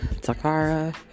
Takara